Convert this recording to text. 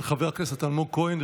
של חבר הכנסת אלמוג כהן.